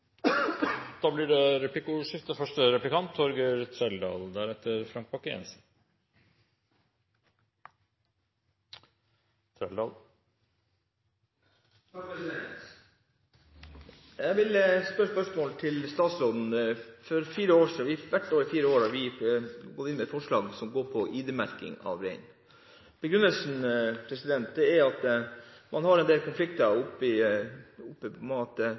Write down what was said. blir replikkordskifte. Jeg vil stille et spørsmål til statsråden. Hvert år i fire år har vi gått inn med forslag som går på ID-merking av rein. Begrunnelsen er at man har en del konflikter der oppe ved at man merker ørene ved å skjære i